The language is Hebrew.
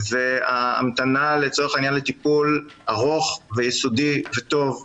וההמתנה לצורך העניין לטיפול ארוך ויסודי וטוב מתעכבת,